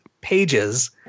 pages